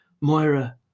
Moira